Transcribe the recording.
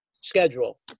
schedule